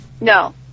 No